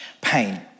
pain